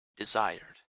desired